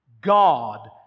God